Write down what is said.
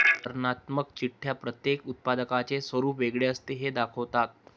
वर्णनात्मक चिठ्ठ्या प्रत्येक उत्पादकाचे स्वरूप वेगळे असते हे दाखवतात